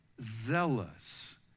zealous